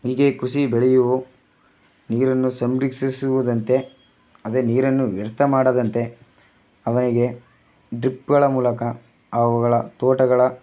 ಹೀಗೆ ಕೃಷಿ ಬೆಳೆಯುವ ನೀರನ್ನು ಸಂರಕ್ಷಿಸುವುದಂತೆ ಅದೇ ನೀರನ್ನು ವ್ಯರ್ಥ ಮಾಡದಂತೆ ಅವನಿಗೆ ಡ್ರಿಪ್ಗಳ ಮೂಲಕ ಅವುಗಳ ತೋಟಗಳ